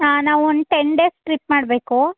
ಹಾಂ ನಾವು ಒಂದು ಟೆನ್ ಡೇಸ್ ಟ್ರಿಪ್ ಮಾಡಬೇಕು